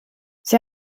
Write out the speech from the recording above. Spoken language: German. sie